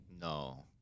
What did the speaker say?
No